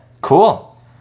Cool